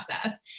process